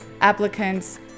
applicants